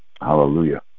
hallelujah